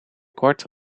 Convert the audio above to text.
kort